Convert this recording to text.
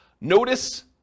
Notice